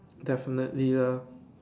definitely lah